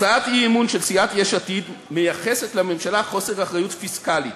הצעת האי-אמון של סיעת יש עתיד מייחסת לממשלה חוסר אחריות פיסקלית.